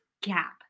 gap